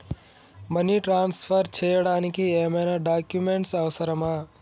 Money transfer చేయడానికి ఏమైనా documents అవసరమా?